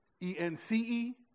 E-N-C-E